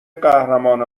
قهرمان